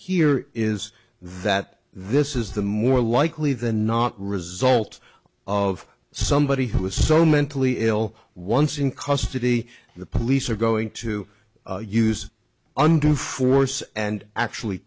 here is that this is the more likely the not result of somebody who is so mentally ill once in custody the police are going to use undue force and actually